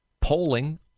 polling